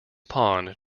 pond